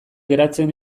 geratzen